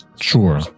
Sure